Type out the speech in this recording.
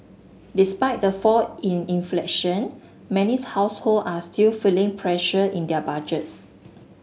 despite the fall in inflation many's household are still feeling pressure in their budgets